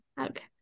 Okay